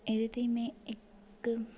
एह्दे ताहीं में इक